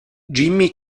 jimmy